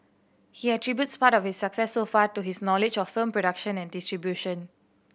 he attributes part of its success so far to his knowledge of film production and distribution